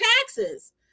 taxes